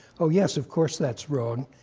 oh yes, of course, that's wrong,